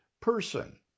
person